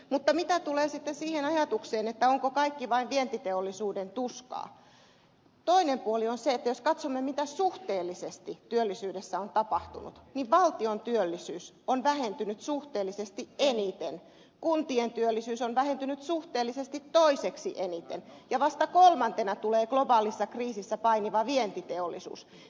mutta mitä tulee sitten siihen ajatukseen onko kaikki vain vientiteollisuuden tuskaa niin toinen puoli on se että jos katsomme mitä suhteellisesti työllisyydessä on tapahtunut niin valtion työllisyys on vähentynyt suhteellisesti eniten kuntien työllisyys on vähentynyt suhteellisesti toiseksi eniten ja vasta kolmantena tulee globaalissa kriisissä painiva vientiteollisuus